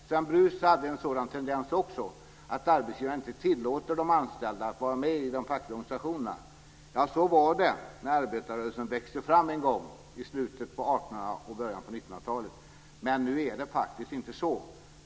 Sven Brus hade en sådan tendens också och menade att arbetsgivaren inte tilllåter de anställda att vara med i de fackliga organisationerna. Ja, så var det när arbetarrörelsen växte fram en gång i slutet av 1800-talet och början av 1900 talet. Men nu är det inte så.